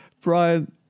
Brian